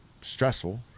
Stressful